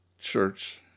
church